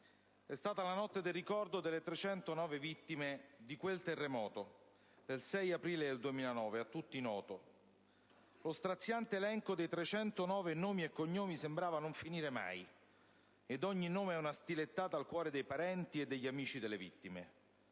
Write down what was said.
È stata la notte del ricordo delle 309 vittime di quel terremoto del 6 aprile 2009, a tutti noto. Lo straziante elenco dei 309 nomi e cognomi sembrava non finire mai, e ogni nome è stato una stilettata al cuore dei parenti e degli amici delle vittime.